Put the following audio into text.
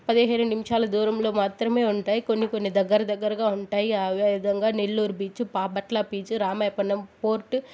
పదిహేను నిమిషాల దూరంలో మాత్రమే ఉంటాయి కొన్ని కొన్ని దగ్గర దగ్గరగా ఉంటాయి అదేవిధంగా Nellore beach Bapatla beach Ramayapatnam port